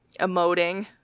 emoting